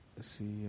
See